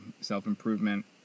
self-improvement